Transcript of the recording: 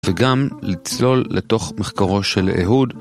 וגם לצלול לתוך מחקרו של אהוד.